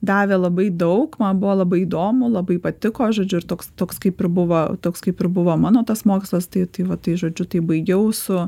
davė labai daug man buvo labai įdomu labai patiko žodžiu ir toks toks kaip ir buvo toks kaip ir buvo mano tas mokslas tai tai va tai žodžiu tai baigiau su